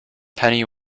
penny